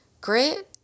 Grit